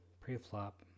pre-flop